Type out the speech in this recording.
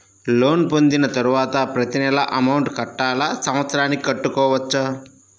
Loan పొందిన తరువాత ప్రతి నెల అమౌంట్ కట్టాలా? సంవత్సరానికి కట్టుకోవచ్చా?